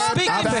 מספיק עם זה.